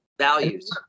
values